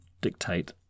dictate